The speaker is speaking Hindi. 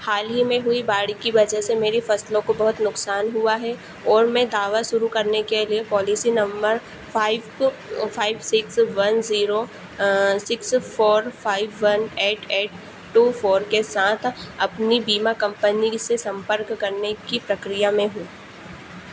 हाल ही में हुई बाढ़ की वजह से मेरी फसलों को बहुत नुकसान हुआ है और मैं दावा शुरू करने के लिए policy number five five six one zero six four five one eight eight four two के साथ अपनी बीमा कंपनी से संपर्क करने की प्रक्रिया में हूँ